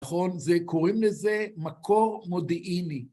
נכון, זה קוראים לזה מקור מודיעיני.